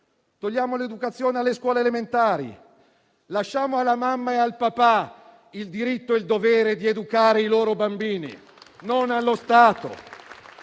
togliamo l'educazione affidata alle scuole elementari: lasciamo alla mamma e al papà il diritto e il dovere di educare i propri bambini, non allo Stato.